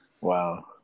Wow